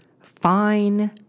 Fine